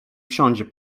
wsiądzie